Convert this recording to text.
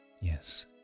yes